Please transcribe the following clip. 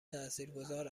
تاثیرگذار